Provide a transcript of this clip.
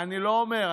ואני לא אומר,